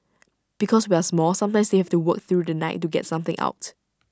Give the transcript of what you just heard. because we are small sometimes they have to work through the night to get something out